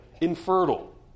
infertile